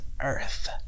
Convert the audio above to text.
earth